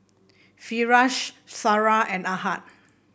Firash Sarah and Ahad